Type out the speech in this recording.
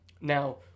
now